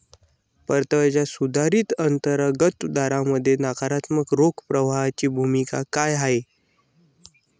परताव्याच्या सुधारित अंतर्गत दरामध्ये नकारात्मक रोख प्रवाहाची भूमिका काय आहे?